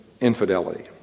infidelity